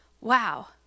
Wow